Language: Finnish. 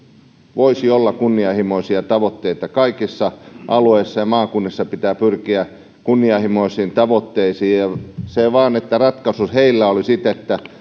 voisi olla kunnianhimoisia tavoitteita kaikilla alueilla ja kaikissa maakunnissa pitää pyrkiä kunnianhimoisiin tavoitteisiin se vaan että ratkaisu heillä oli että